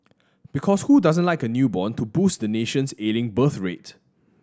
because who doesn't like a newborn to boost the nation's ailing birth rate